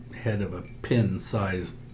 head-of-a-pin-sized